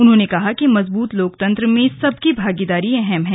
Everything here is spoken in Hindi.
उन्होंने कहा कि मजबूत लोकतंत्र में सबकी भागीदारी अहम है